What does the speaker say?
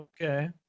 okay